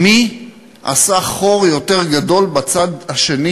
מי עשה חור יותר גדול בצד השני